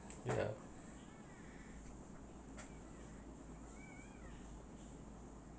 yeah